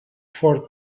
for